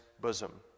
bosom